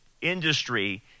industry